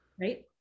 right